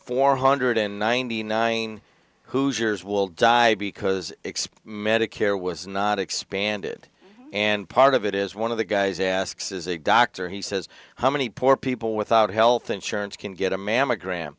four hundred ninety nine hoosiers will die because expect medicare was not expanded and part of it is one of the guys asks is a doctor he says how many poor people without health insurance can get a mammogram